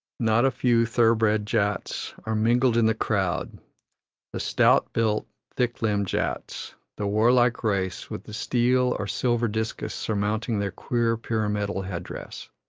not a few thoroughbred jats are mingled in the crowd the stout-built, thick-limbed jats, the warlike race with the steel or silver discus surmounting their queer pyramidal headdress.